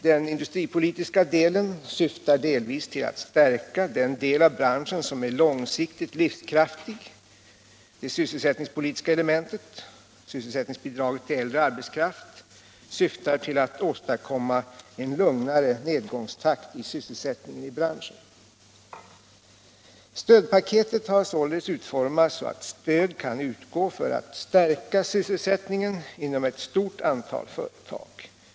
Det industripolitiska elementet syftar delvis till att stärka den del av branschen som är långsiktigt livskraftig. Det sysselsättningspolitiska elementet — sysselsättningsbidraget till äldre arbetskraft — syftar till att åstadkomma en lugnare nedgångstakt i sysselsättningen i branschen. Stödpaketet har således utformats så att stödet kan utgå för att stärka sysselsättningen inom ett stort antal företag.